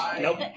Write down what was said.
Nope